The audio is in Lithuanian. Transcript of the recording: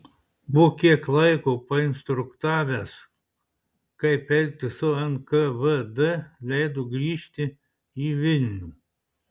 po kiek laiko painstruktavęs kaip elgtis su nkvd leido grįžti į vilnių